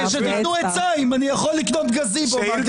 שתיתנו עצה, אם אני יכול לקנות גזיבו מהקשר לבוחר.